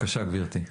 אני